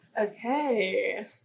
okay